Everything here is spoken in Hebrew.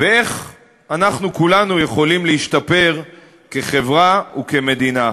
ואיך אנחנו כולנו יכולים להשתפר כחברה וכמדינה.